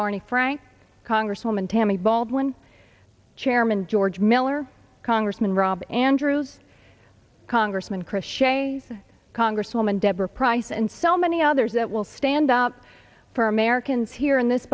barney frank congresswoman tammy baldwin chairman george miller congressman rob andrews congressman chris shays and congresswoman deborah pryce and so many others that will stand up for americans here in this